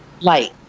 Light